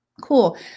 cool